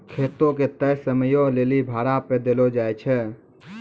खेतो के तय समयो लेली भाड़ा पे देलो जाय छै